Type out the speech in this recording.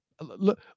look